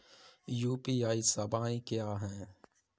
UPI सवायें क्या हैं?